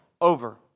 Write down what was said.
over